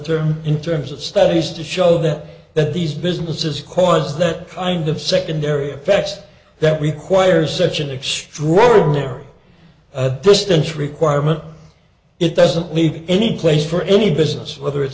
term in terms of studies to show that that these businesses cause that kind of secondary effect that requires such an extraordinary distance requirement it doesn't need any place for any business whether it's